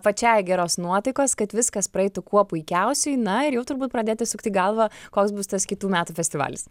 pačiai geros nuotaikos kad viskas praeitų kuo puikiausiai na ir jau turbūt pradėti sukti galvą koks bus tas kitų metų festivalis